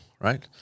right